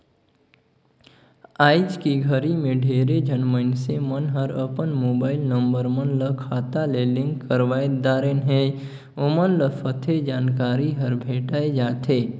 आइज के घरी मे ढेरे झन मइनसे मन हर अपन मुबाईल नंबर मन ल खाता ले लिंक करवाये दारेन है, ओमन ल सथे जानकारी हर भेंटाये जाथें